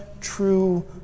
true